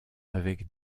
avec